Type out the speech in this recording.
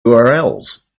urls